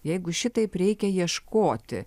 jeigu šitaip reikia ieškoti